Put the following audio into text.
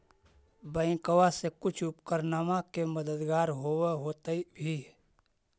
बैंकबा से कुछ उपकरणमा के मददगार होब होतै भी?